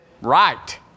right